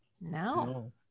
No